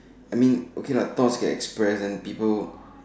I mean okay lah thoughts get expressed then people